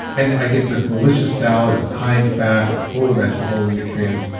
and i get this delicious salad, it's high in fat. it's full of vegetables and nutrients,